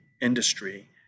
industry